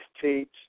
teach